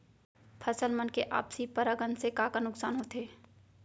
फसल मन के आपसी परागण से का का नुकसान होथे?